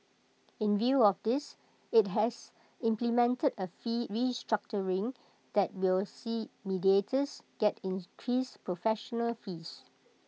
in view of this IT has implemented A fee that will see mediators get entrance professional fees